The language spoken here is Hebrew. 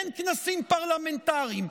אין כנסים פרלמנטריים.